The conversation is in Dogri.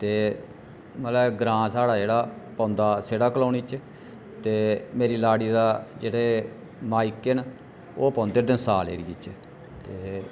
ते मतलब ग्रां साढ़ा जेहड़ा पौंदा सैड़ा क्लोनी च ते मेरी लाड़ी दा जेह्ड़े माइके नै ओह् पौंदे डंसाल एरिये च ते